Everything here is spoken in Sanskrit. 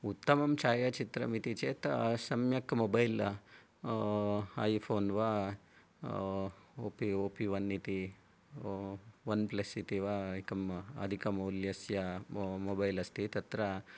उत्तमं छायाचित्रम् इति चेत् सम्यक् मोबैल् ऐफोन् वा ओपो ओन् इति ओन्प्लस् इति वा अधिकमूल्यस्य मो मोबैल् अस्ति तत्र